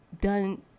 done